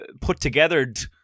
put-togethered